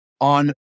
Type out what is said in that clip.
on